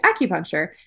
acupuncture